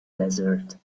desert